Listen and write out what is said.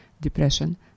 Depression